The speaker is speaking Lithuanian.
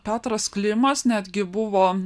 petras klimas netgi buvo